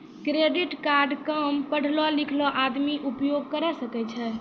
Credit card काम पढलो लिखलो आदमी उपयोग करे सकय छै?